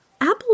Apple